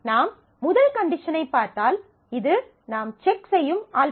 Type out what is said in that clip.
நாம் முதல் கண்டிஷனைப் பார்த்தால் இது நாம் செக் செய்யும் α